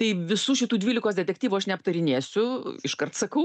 tai visų šitų dvylikos detektyvų aš neaptarinėsiu iškart sakau